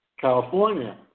California